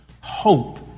hope